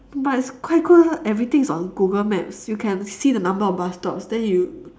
but it's quite cool everything is on google maps you can see the number of bus stops then you